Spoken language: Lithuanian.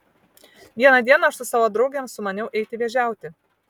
vieną dieną aš su savo draugėm sumaniau eiti vėžiauti